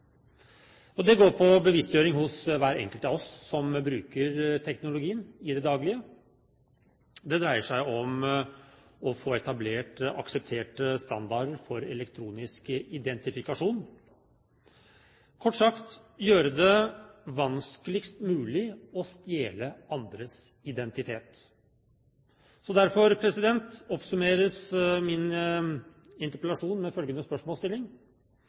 kommer. Det går på bevisstgjøring hos hver enkelt av oss som bruker teknologien i det daglige. Det dreier seg om å få etablert aksepterte standarder for elektronisk identifikasjon – kort sagt gjøre det vanskeligst mulig å stjele andres identitet. Derfor oppsummeres min interpellasjon med følgende spørsmålsstilling: